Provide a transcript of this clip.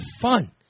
fun